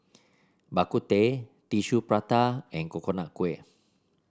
Bak Kut Teh Tissue Prata and Coconut Kuih